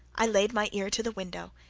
i laid my ear to the window,